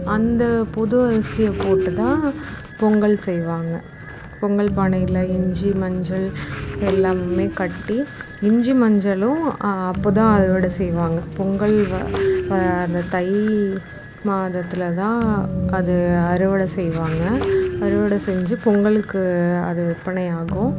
அந்த புது அரிசியை போட்டு தான் பொங்கல் செய்வாங்க பொங்கல் பானையில் இஞ்சி மஞ்சள் எல்லாமே கட்டி இஞ்சி மஞ்சளும் அப்போது தான் அறுவடை செய்வாங்க பொங்கல் அந்த தை மாதத்தில் தான் அதை அறுவடை செய்வாங்க அறுவடை செஞ்சு பொங்கலுக்கு அது விற்பனை ஆகும்